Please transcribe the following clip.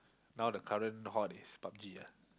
now the current hot is Pub-G ah